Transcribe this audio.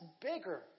bigger